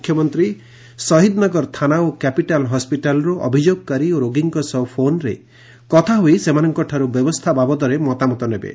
ମୁଖ୍ୟମନ୍ତୀ ଶହିଦନଗର ଥାନା ଓ କ୍ୟାପିଟାଲ ହସ୍ପିଟାଲରୁ ଅଭିଯୋଗକାରୀ ଓ ରୋଗୀଙ୍କ ସହ ଫୋନରେ କଥା ହୋଇ ସେମାନଙ୍କ ଠାରୁ ବ୍ୟବସ୍ଥା ବାବଦରେ ମତାମତ ନେବେ